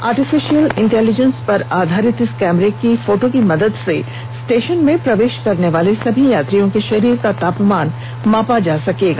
artificial intelligence पर आधारित इस कैमरे के फोटो की मदद से स्टेशन में प्रवेश करने वाले सभी यात्रियों के शरीर का तापमान मापा जा सकेगा